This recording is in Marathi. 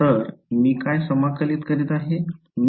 तर मी काय समाकलित करीत आहे